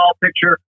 picture